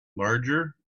larger